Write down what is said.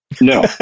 No